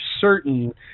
certain